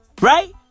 Right